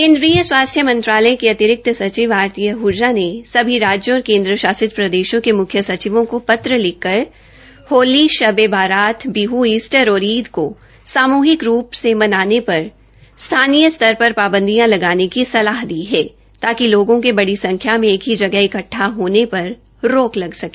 केन्द्रीय स्वास्थ्य मंत्रालय के अतिरिक्त सचिव आरती आहजा ने सभी राज्यों और केद्र शासित प्रदशों के मुख्य सचिवों को पत्र लिखकर होली शब ए बारात बिह ईस्टर और ईद केा सामूहिक रूप से मनाने पर स्थानीय स्तर पर पाबंदिया लगाने की सलाह दी है ताकि लोगों के बड़ी संख्या में एक ही जगह इकट्ठा होने पर रोक लगा सके